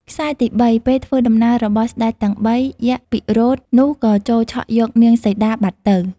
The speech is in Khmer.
ខ្សែទី៣ ពេលធ្វើដំណើររបស់ស្ដេចទាំងបី យក្សពិរោធនោះក៏ចូលឆក់យកនាងសីតាបាត់ទៅ។